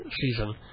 season